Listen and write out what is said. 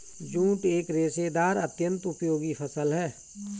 jute एक रेशेदार अत्यन्त उपयोगी फसल है